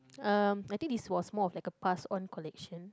uh I think this was more of like a pass on collection